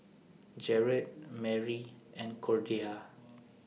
Jared Marie and Cordia